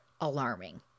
alarming